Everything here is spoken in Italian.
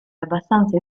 abbastanza